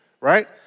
right